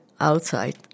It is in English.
outside